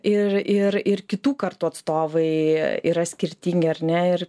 ir ir ir kitų kartų atstovai yra skirtingi ar ne ir